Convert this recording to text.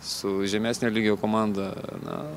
su žemesnio lygio komanda na